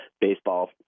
baseball